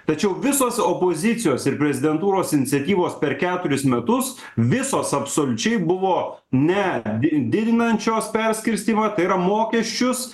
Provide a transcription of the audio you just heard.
tačiau visos opozicijos ir prezidentūros iniciatyvos per keturis metus visos absoliučiai buvo ne didinančios perskirstymą tai yra mokesčius